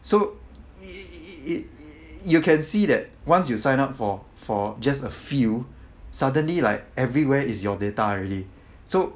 so y~ you can see that once you sign up for for just a few suddenly like everywhere is your data already so